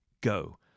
go